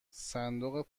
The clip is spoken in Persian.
صندوق